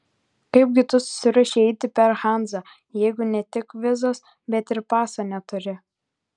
kaip gi tu susiruošei eiti per hanzą jeigu ne tik vizos bet ir paso neturi